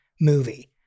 movie